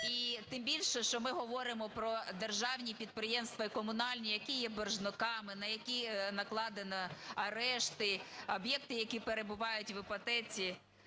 тим більше, що ми говоримо про державні підприємства і комунальні, які є боржниками, на які накладено арешти, об'єкти, які перебувають в іпотеці.